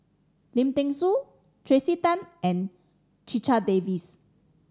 Lim Thean Soo Tracey Tan and Checha Davies